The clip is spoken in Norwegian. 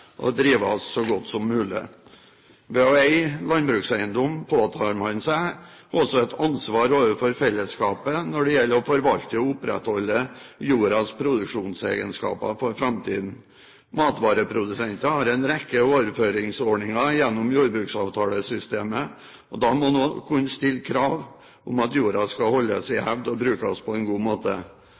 så godt som mulig. Ved å eie landbrukseiendom påtar man seg også et ansvar overfor fellesskapet når det gjelder å forvalte og opprettholde jordas produksjonsegenskaper for framtiden. Matvareprodusenter har en rekke overføringsordninger gjennom jordbruksavtalesystemet, og da må det også kunne stilles krav om at jorda skal holdes i hevd og brukes på en god måte.